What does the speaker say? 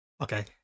Okay